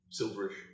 silverish